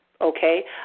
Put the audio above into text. okay